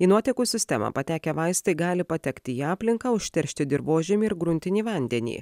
į nuotekų sistemą patekę vaistai gali patekti į aplinką užteršti dirvožemį ir gruntinį vandenį